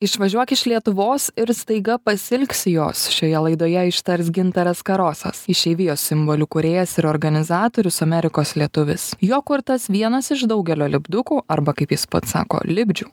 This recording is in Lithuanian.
išvažiuok iš lietuvos ir staiga pasiilgsi jos šioje laidoje ištars gintaras karosas išeivijos simbolių kūrėjas ir organizatorius amerikos lietuvis jo kurtas vienas iš daugelio lipdukų arba kaip jis pats sako lipdžių